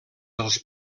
dels